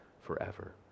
forever